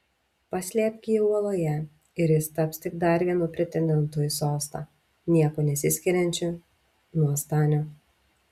paslėpk jį uoloje ir jis taps tik dar vienu pretendentu į sostą niekuo nesiskiriančiu nuo stanio